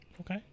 okay